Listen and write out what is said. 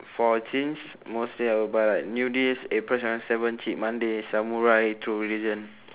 for jeans mostly I will buy like nudies april seventy seven cheap monday samurai true religion